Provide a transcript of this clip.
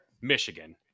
Michigan